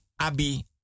abi